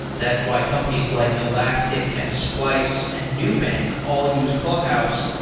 that's why companies like elastic and splice and nubank all use clubhouse.